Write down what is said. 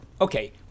Okay